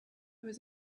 was